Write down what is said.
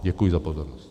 Děkuji za pozornost.